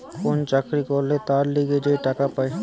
কোন চাকরি করলে তার লিগে যে টাকা পায়